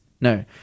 no